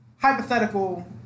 hypothetical